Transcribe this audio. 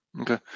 Okay